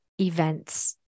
events